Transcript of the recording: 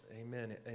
amen